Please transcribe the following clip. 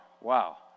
Wow